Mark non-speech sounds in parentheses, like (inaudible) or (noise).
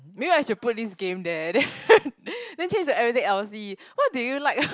maybe I should put this game there then (laughs) then change to everything L_C what do you like ah